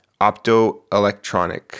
optoelectronic